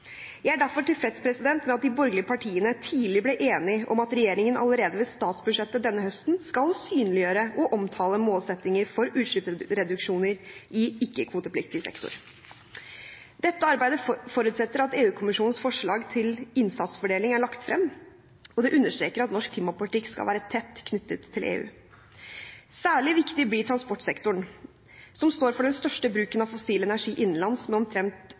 Jeg er derfor tilfreds med at de borgerlige partiene tidlig ble enige om at regjeringen allerede ved statsbudsjettet denne høsten skal synliggjøre og omtale målsettinger for utslippsreduksjoner i ikke-kvotepliktig sektor. Dette arbeidet forutsetter at EU-kommisjonens forslag til innsatsfordeling er lagt frem, og det understreker at norsk klimapolitikk skal være tett knyttet til EU. Særlig viktig blir transportsektoren, som står for den største bruken av fossil energi innenlands med